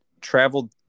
traveled